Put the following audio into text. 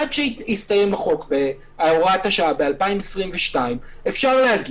עד שתסתיים הוראת השעה ב-2022 אפשר לומר: